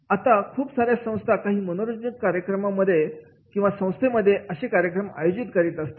आता खूप साऱ्या संस्था काही मनोरंजक कार्यक्रम संस्थेमध्ये आयोजित करीत असतात